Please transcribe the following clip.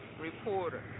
reporter